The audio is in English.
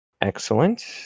Excellent